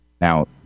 Now